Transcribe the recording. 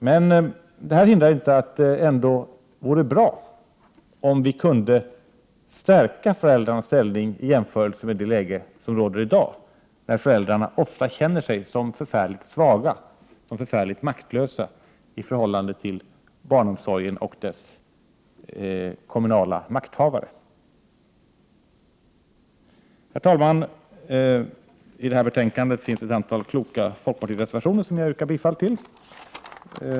Detta hindrar emellertid inte att det ändå vore bra om föräldrarnas ställning kunde stärkas i jämförelse med den ställning som de i dag har, då de känner sig så förfärligt svaga, så förfärligt maktlösa i förhållande till barnomsorgen och dess kommunala makthavare. Herr talman! Till detta betänkande är fogat ett antal kloka folkpartireservationer som jag härmed yrkar bifall till.